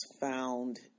found